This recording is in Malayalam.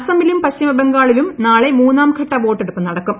അസമിലും പശ്ചിമബംഗാളിലും നാളെ മൂന്നാംഘട്ട വോട്ടെടുപ്പ് നട ക്കും